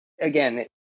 again